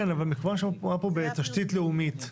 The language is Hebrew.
כן, אבל מכיוון שמדובר פה בתשתית לאומית,